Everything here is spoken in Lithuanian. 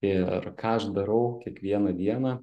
ir ką aš darau kiekvieną dieną